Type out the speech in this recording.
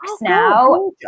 now